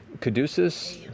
Caduceus